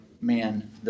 man